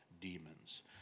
demons